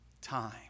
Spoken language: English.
time